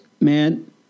man